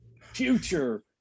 Future